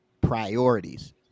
priorities